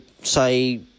say